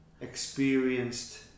experienced